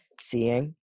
seeing